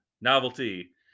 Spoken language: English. novelty